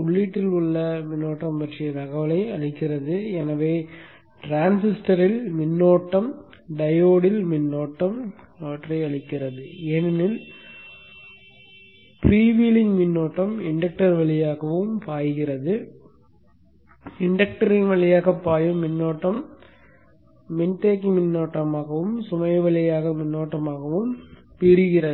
உள்ளீட்டில் உள்ள மின்னோட்ட ஓட்டம் பற்றிய தகவலை அளிக்கிறது எனவே டிரான்சிஸ்டரில் மின்னோட்டம் டயோடில் மின்னோட்டம் ஏனெனில் ஃப்ரீவீலிங் மின்னோட்டம் இன்டக்டர் வழியாகவும் பாய்கிறது மின் இண்டக்டரின் வழியாக பாயும் மின்னோட்டம் மின்தேக்கி மின்னோட்டமாகவும் சுமை வழியாக மின்னோட்டமாகவும் பிரிக்கிறது